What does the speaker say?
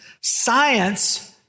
science